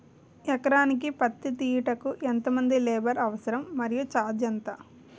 ఎకరానికి పత్తి తీయుటకు ఎంత మంది లేబర్ అవసరం? మరియు ఛార్జ్ ఎంత?